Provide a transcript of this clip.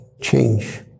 change